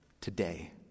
Today